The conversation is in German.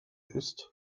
ist